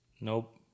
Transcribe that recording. Nope